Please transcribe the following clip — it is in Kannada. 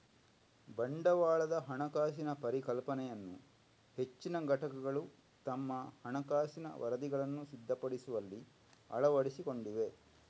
ಬಂಡವಾಳದ ಹಣಕಾಸಿನ ಪರಿಕಲ್ಪನೆಯನ್ನು ಹೆಚ್ಚಿನ ಘಟಕಗಳು ತಮ್ಮ ಹಣಕಾಸಿನ ವರದಿಗಳನ್ನು ಸಿದ್ಧಪಡಿಸುವಲ್ಲಿ ಅಳವಡಿಸಿಕೊಂಡಿವೆ